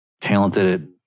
talented